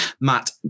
Matt